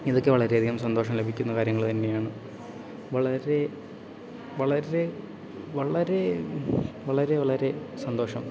ഇതൊക്കെ വളരെ അധികം സന്തോഷം ലഭിക്കുന്ന കാര്യങ്ങൾ തന്നെയാണ് വളരെ വളരെ വളരെ വളരെ വളരെ സന്തോഷം